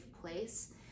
place